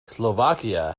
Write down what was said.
slovakia